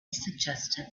suggested